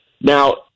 Now